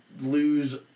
lose